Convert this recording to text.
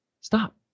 stop